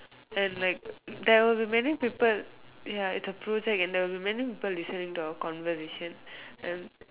and like there will be many people ya it's a project and there will be many people listening to our conversation and